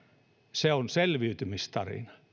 se on selviytymistarina